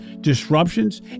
disruptions